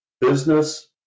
business